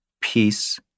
peace